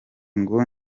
ngo